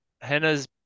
henna's